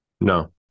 no